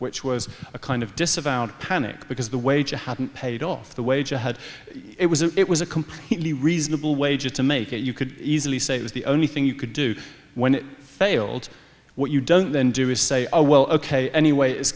which was a kind of disavowed panic because the wage i hadn't paid off the wage i had it was it was a completely reasonable wager to make it you could easily say it was the only thing you could do when it failed what you don't then do is say oh well ok anyway it's